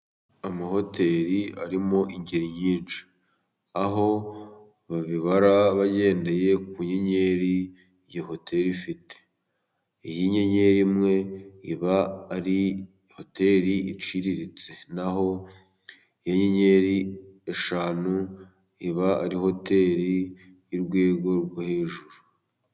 Amahoteri arimo ingeri nyinshi, aho babibara bagendeye ku nyenyeri iyo hoteri ifite, iyi nyenyeri imwe iba ari hoteri iciriritse ,naho inyenyeri eshanu iba ari hoteri y'urwego rwo hejuru.